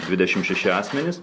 dvidešimt šeši asmenys